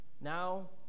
Now